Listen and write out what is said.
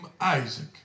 Isaac